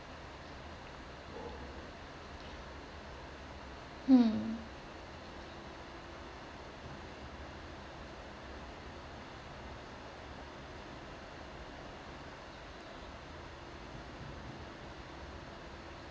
um